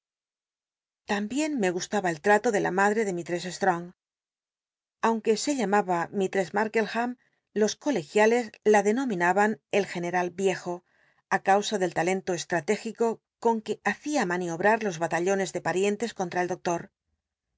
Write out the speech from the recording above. l'ambicn me gustaba el lralo de la madre de mislless slrong aunque se llamaba mistress lal'ldcham los colegiales la denominaban el gcncral viejo causa del talento estratójico con que hacia maniobrar los batallones de parientes contra el doctor